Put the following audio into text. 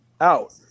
out